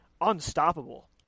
unstoppable